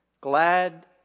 Glad